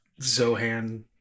Zohan